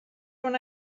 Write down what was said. when